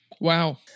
Wow